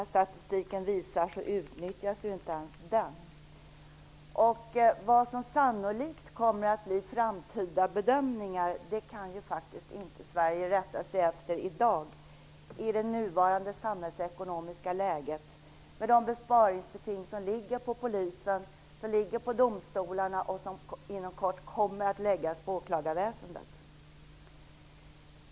Som statistiken visar utnyttjas inte ens den. Vad som sannolikt kommer att bli framtida bedömningar kan ju Sverige faktiskt inte rätta sig efter i dag i det nuvarande samhällsekonomiska läget med de besparingsbeting som ligger på polisen, som ligger på domstolarna, och som inom kort kommer att läggas på åklagarväsendet.